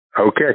Okay